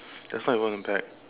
that's not even a bag